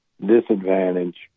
disadvantage